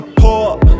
pop